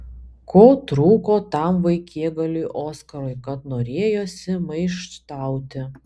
ko trūko tam vaikigaliui oskarui kad norėjosi maištauti